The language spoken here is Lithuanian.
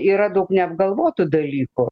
yra daug neapgalvotų dalykų